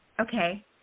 Okay